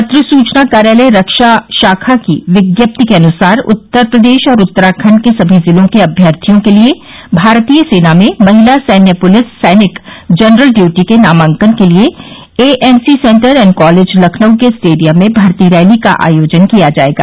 पत्र सुचना कार्यालय रक्षा शाखा की विज्ञप्ति के अनुसार उत्तर प्रदेश और उत्तराखंड के सभी जिलों के अम्यर्थियों के लिये भारतीय सेना में महिला सैन्य पुलिस सैनिक जनरल ड्यूटी के नामांकन के लिये AMC centre and college Lucknow के स्टेडियम में भर्ती रैली का आयोजन किया जायेगा